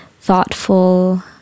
thoughtful